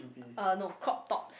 uh no crop tops